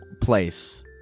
place